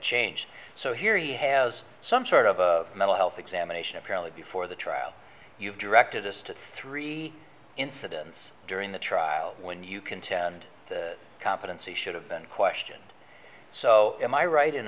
change so here he has some sort of mental health examination apparently before the trial you've directed us to three incidents during the trial when you contend the competency should have been questioned so am i right in